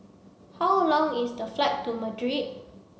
how long is the flight to Madrid